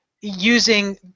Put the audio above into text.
using